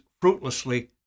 fruitlessly